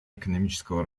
экономического